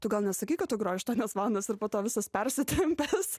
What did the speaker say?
tu gal nesakai kad tu groji aštuonias valandas ir po to visas persitempęs